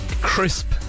crisp